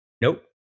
Nope